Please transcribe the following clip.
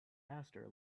master